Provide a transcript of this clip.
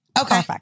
Okay